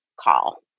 call